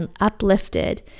uplifted